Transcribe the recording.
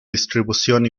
distribución